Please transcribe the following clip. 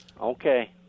Okay